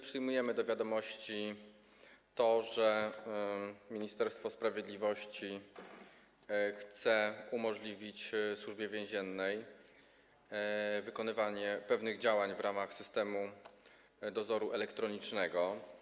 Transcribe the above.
Przyjmujemy do wiadomości to, że Ministerstwo Sprawiedliwości chce umożliwić Służbie Więziennej wykonywanie pewnych działań w ramach systemu dozoru elektronicznego.